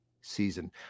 season